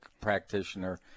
practitioner